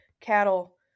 cattle